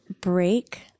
break